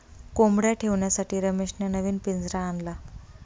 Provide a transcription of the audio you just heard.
कोंबडया ठेवण्यासाठी रमेशने नवीन पिंजरा आणला